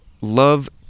love